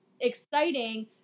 exciting